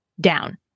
down